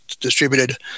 distributed